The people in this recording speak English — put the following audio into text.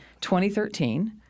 2013